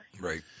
Right